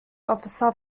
officer